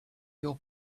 your